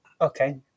okay